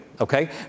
Okay